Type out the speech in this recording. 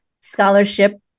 scholarship